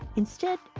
instead,